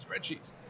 spreadsheets